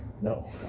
No